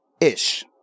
ish